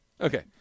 Okay